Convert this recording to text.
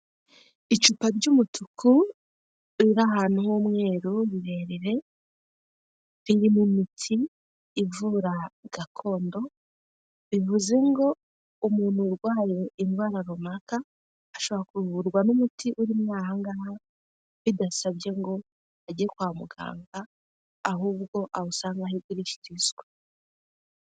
Icupa ry'umutuku riri ahantu h'umweru rirere ririmo imiti ivura gakondo, bivuze ngo umuntu urwaye indwara runaka ashobora kuvurwa n'umuti urimo aha ngaha bidasabye ngo ajye kwa muganga, ahubwo awusanga aho ugurishirizwa.